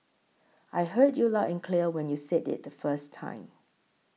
I heard you loud and clear when you said it the first time